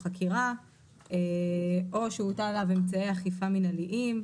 חקירה פתוחה כנגד מבקש הרישיון או שהוטלו עליו אמצעי אכיפה מנהליים,